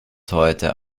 heute